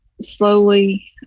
slowly